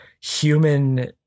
human